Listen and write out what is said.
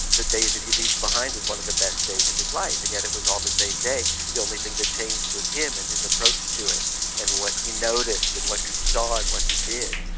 the day that he leaves behind is one of the best days of his life, and yet it was all the same day and the only thing that changed was him and his approach to it and what he noticed and what he saw and what he did,